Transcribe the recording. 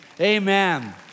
Amen